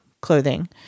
clothing